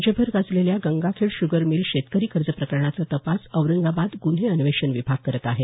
राज्यभर गाजलेल्या Gangakhed sugar mill शेतकरी कर्ज प्रकरणाचा तपास औरंगाबाद गुन्हे अन्वेषण विभाग करत आहे